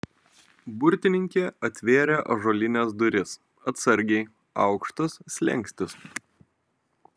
burtininkė atvėrė ąžuolines duris atsargiai aukštas slenkstis